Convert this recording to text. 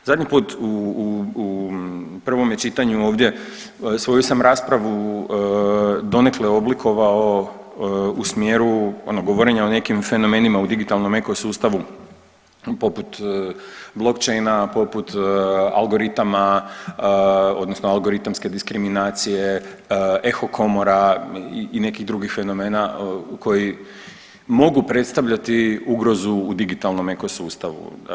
Zadnji put u prvome čitanju ovdje svoju sam raspravu donekle oblikovao u smjeru govorenja ono govorenja o nekim fenomenima u digitalnom eko sustavu poput blockchaina, algoritama, odnosno algoritamske diskriminacije, eho komora i nekih drugih fenomena koji mogu predstavljati ugrozu u digitalnom ekosustavu.